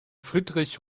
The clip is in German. friedrich